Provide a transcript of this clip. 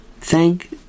thank